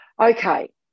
Okay